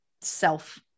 self